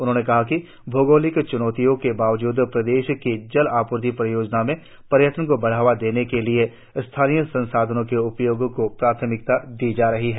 उन्होने कहा कि भौगोलिक च्नौतियों के बावजूद प्रदेश की जल आपूर्ति परियोजनाओ में पर्यटन को बढ़ावा देने के लिए स्थानीय संसाधनो के उपयोग को प्राथमिकता दी जा रही है